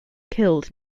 killed